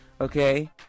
okay